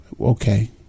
okay